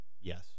Yes